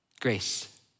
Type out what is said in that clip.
Grace